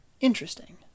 Interesting